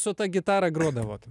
su ta gitara grodavot